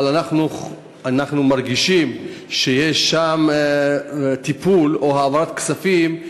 אבל אנחנו מרגישים שיש שם טיפול או העברת כספים,